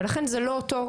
ולכן זה לא אותו,